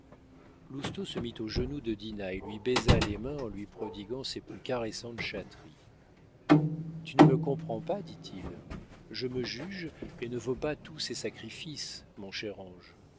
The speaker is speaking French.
lousteau se mit aux genoux de dinah et lui baisa les mains en lui prodiguant ses plus caressantes chatteries tu ne me comprends pas dit-il je me juge et ne vaux pas tous ces sacrifices mon cher